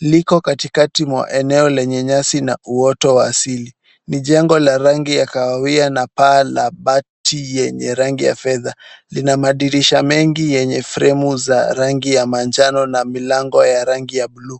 Liko katikati mwa sehemu yenye nyasi na uoto wa asili. Ni jengo lenye rangi ya kahawia na mabati yenye rangi ya fedha. Lina madirisha mengi yenye fremu zenye rangi ya manjano na milango ya bluu.